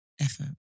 effort